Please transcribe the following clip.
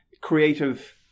creative